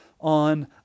on